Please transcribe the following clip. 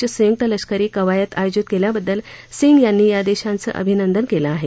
ची संयुक्त लष्करी कवायत आयोजित केल्याबद्दल सिंग यांनी या देशाचं अभिनंदन केलं आहे